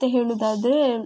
ಮತ್ತು ಹೇಳುವುದಾದ್ರೆ